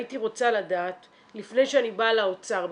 הייתי רוצה לדעת לפני שאני באה לאוצר בכלל,